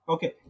Okay